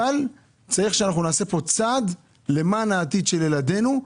אבל צריך שאנחנו נעשה פה צעד למען העתיד של ילדינו.